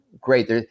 great